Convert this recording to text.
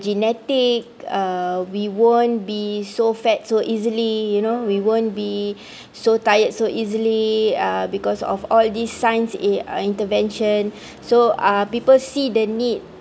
genetic uh we won't be so fat so easily you know we won't be so tired so easily uh because of all this science uh intervention so uh people see the need